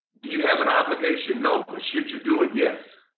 do you have an obligation? nope. but should you do it? yes.